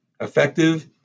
effective